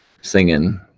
singing